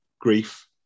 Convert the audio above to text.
grief